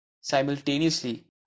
Simultaneously